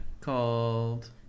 called